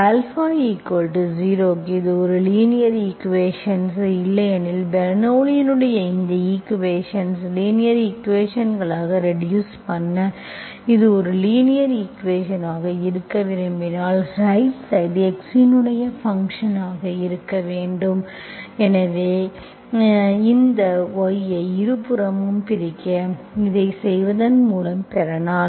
α0 க்கு இது ஒரு லீனியர் ஈக்குவேஷன் இல்லையெனில் பெர்னோள்ளியின் இந்த ஈக்குவேஷன்ஐ லீனியர் ஈக்குவேஷன்களாகக் ரெடியூஸ் பண்ண எனவே இது ஒரு லீனியர் ஈக்குவேஷன் ஆக இருக்க விரும்பினால் ரைட் சைடு x இன் ஃபங்க்ஷன்ஆக இருக்க வேண்டும் எனவே இந்த y ஐ இருபுறமும் பிரிக்க அதைச் செய்வதன் மூலம் பெறலாம்